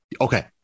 Okay